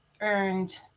earned